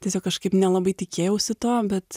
tiesiog kažkaip nelabai tikėjausi to bet